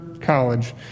college